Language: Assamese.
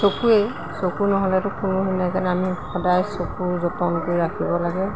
চকুৱেই চকু নহ'লেতো কোনো হেৰি নাই সেইকাৰণে আমি সদায় চকু যতন কৰি ৰাখিব লাগে